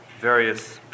various